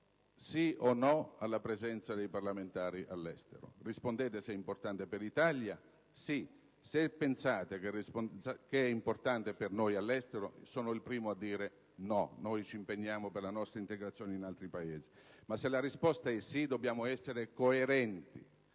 sì o no alla presenza dei parlamentari all'estero? Se ritenete che è importante per l'Italia, rispondete sì. Se pensate che è importante per noi all'estero, sono il primo a dire di no: noi ci impegniamo per la nostra integrazione in altri Paesi. Se la risposta è positiva, dobbiamo però essere coerenti